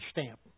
stamp